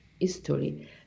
history